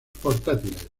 portátiles